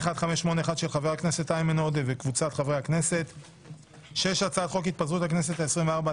של ח"כ סמי אבו שחאדה 6. הצעת חוק התפזרות הכנסת העשרים וארבע,